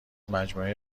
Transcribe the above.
مجموعه